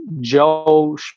Joe